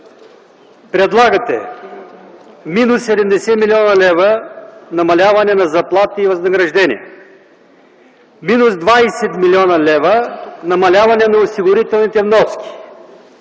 предлагате минус 70 млн. лв. намаляване на заплати и възнаграждения, минус 20 млн. лв. намаляване на осигурителните вноски,